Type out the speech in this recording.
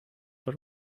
but